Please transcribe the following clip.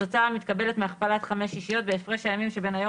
התוצאה המתקבלת מהכפלת חמש שישיות בהפרש הימים שבין היום